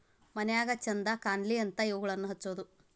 ಮನ್ಯಾಗ ಚಂದ ಕಾನ್ಲಿ ಅಂತಾ ಇವುಗಳನ್ನಾ ಹಚ್ಚುದ